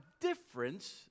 difference